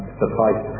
suffice